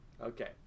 Okay